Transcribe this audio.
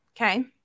Okay